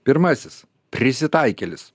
pirmasis prisitaikėlis